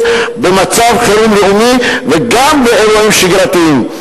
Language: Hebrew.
במצב חירום לאומי וגם באירועים שגרתיים,